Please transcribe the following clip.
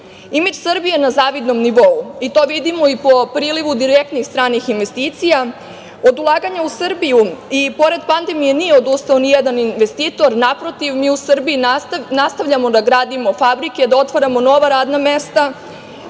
Imidž Srbije je na zavidnom nivou i to vidimo i po priliku direktnih stranih investicija. Od ulaganja u Srbiju, i pored pandemije, nije odustao nijedan investitor, naprotiv, mi u Srbiji nastavljamo da gradimo fabrike, da otvaramo nova radna mesta